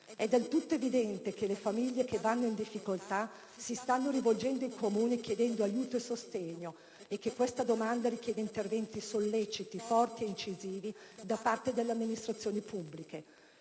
È del tutto evidente che le famiglie che vanno in difficoltà si stanno rivolgendo ai Comuni chiedendo aiuto e sostegno e che questa domanda richiede interventi solleciti, forti e incisivi da parte delle amministrazioni pubbliche.